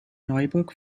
neuburg